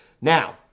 Now